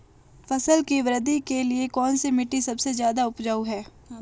फसल की वृद्धि के लिए कौनसी मिट्टी सबसे ज्यादा उपजाऊ है?